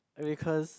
because